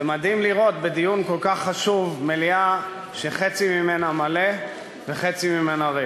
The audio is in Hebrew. זה מדהים לראות בדיון כל כך חשוב מליאה שחצי ממנה מלא וחצי ממנה ריק.